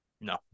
no